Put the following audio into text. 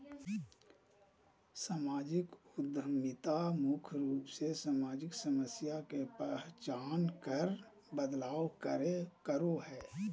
सामाजिक उद्यमिता मुख्य रूप से सामाजिक समस्या के पहचान कर बदलाव करो हय